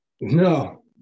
No